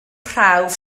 prawf